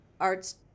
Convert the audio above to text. art's